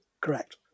Correct